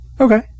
Okay